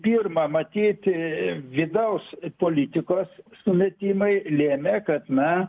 pirma matyt vidaus politikos sumetimai lėmė kad na